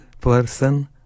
person